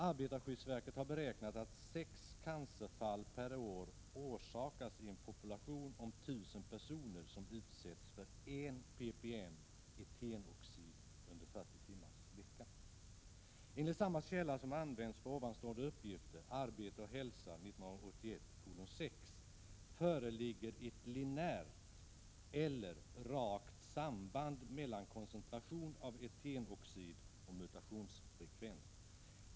Arbetarskyddsverket har beräknat att sex cancerfall per år orsakas i en population om 1 000 personer som utsätts för I ppm etenoxid under 40 timmar per vecka. Enligt samma källa som använts för denna uppgift föreligger ett lineärt — eller rakt - samband mellan koncentration av etenoxid och mutationsfrekvens.